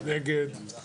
8